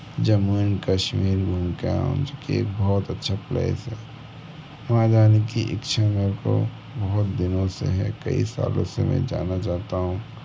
Jammu and Kashmir घूम के आऊँ जो कि एक बहुत अच्छा प्लेस है वहाँ जाने की इच्छा मेर को बहुत दिनों से है कई सालों से मैं जाना चाहता हूँ